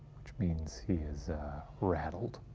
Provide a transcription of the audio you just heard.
which means he is rattled.